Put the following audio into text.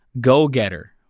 go-getter